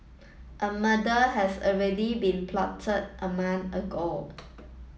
a murder has already been plotted a month ago